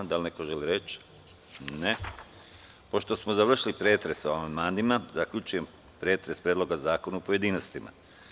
Da li neko želi reč? (Ne.) Pošto smo završili pretres o amandmanima, zaključujem pretres Predloga zakona u pojedinostima.